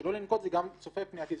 "שלא לנקוט" זה גם צופה פני עתיד.